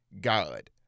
god